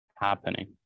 happening